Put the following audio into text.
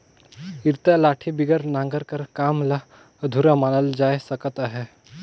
इरता लाठी बिगर नांगर कर काम ल अधुरा मानल जाए सकत अहे